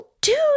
dude